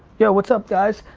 yeah what's up guys.